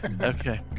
Okay